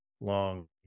long